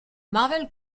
marvel